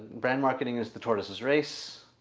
brand marketing is the tortoises race.